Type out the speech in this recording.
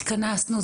התכנסנו,